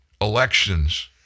elections